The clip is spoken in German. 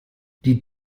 die